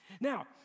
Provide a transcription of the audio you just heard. Now